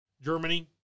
Germany